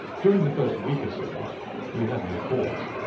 during the first week or so we had no callers,